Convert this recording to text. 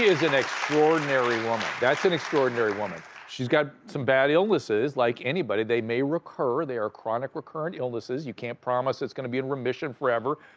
is an extraordinary woman. that's an extraordinary woman. she's got some bad illnesses like anybody. they may recur, they are chronic recurring illnesses, you can't promise it's gonna be in remission forever,